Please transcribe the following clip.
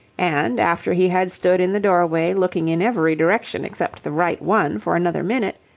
and, after he had stood in the doorway looking in every direction except the right one for another minute,